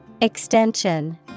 Extension